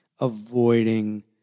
avoiding